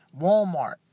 Walmart